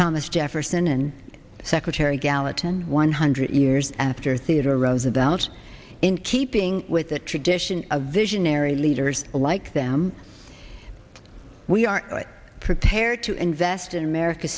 thomas jefferson and secretary gallatin one hundred years after theodore roosevelt in keeping with the tradition a visionary leaders like them we are prepared to invest in america